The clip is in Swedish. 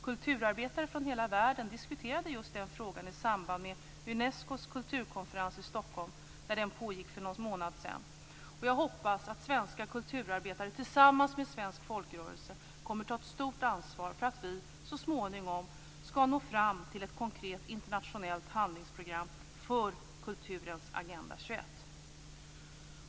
Kulturarbetare från hela världen diskuterade just den frågan i samband med Unescos kulturkonferens i Stockholm när den pågick för någon månad sedan. Jag hoppas att svenska kulturarbetare tillsammans med svensk folkrörelse kommer att ta ett stort ansvar för att vi så småningom skall nå fram till ett konkret internationellt handlingsprogram för kulturens Agenda 21.